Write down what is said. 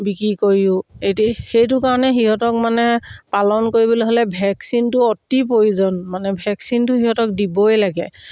বিক্ৰী কৰিও এটি সেইটো কাৰণে সিহঁতক মানে পালন কৰিবলৈ হ'লে ভেকচিনটো অতি প্ৰয়োজন মানে ভেকচিনটো সিহঁতক দিবই লাগে